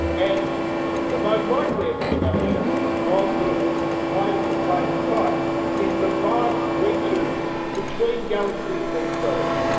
and the most likely explanation was that it was hiding in plain sight in the vast reaches between galaxies themselves.